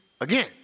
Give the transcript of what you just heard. again